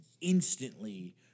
instantly